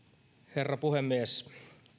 herra puhemies